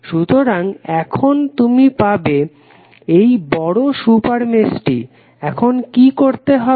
সুতরাং এখন তুমি পাবে এই বড় সুপার মেশটি এখন কি করতে হবে